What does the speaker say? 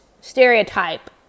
stereotype